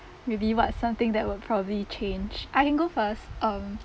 maybe what's something that would probably change I can go first um